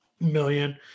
Million